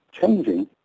changing